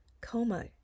coma